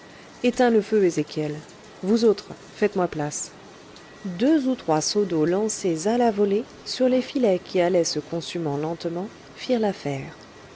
éteins le feu ezechiel vous autres faites-moi place deux ou trois seaux d'eau lancés à la volée sur les filets qui allaient se consumant lentement firent l'affaire